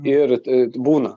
ir būna